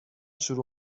شروع